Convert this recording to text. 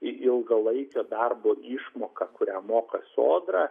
į ilgalaikio darbo išmoką kurią moka sodra